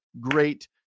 great